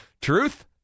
Truth